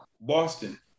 Boston